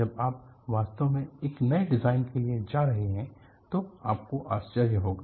जब आप वास्तव में एक नए डिजाइन के लिए जा रहे हैं तो आपको आश्चर्य होगा